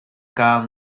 gar